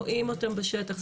רואים אותם בשטח,